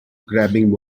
grabbing